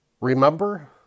Remember